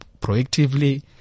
proactively